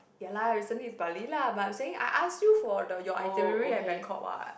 ya lah recently is Bali lah but I'm saying I ask you for the your itinerary at Bangkok what